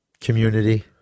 community